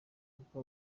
kuko